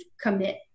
commit